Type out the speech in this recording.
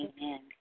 Amen